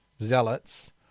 zealots